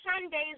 Sundays